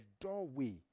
doorway